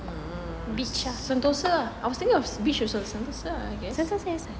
mm sentosa ah I was thinking of beach also sentosa ah I guess